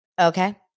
Okay